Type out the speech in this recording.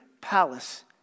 palace